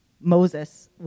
Moses